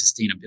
sustainability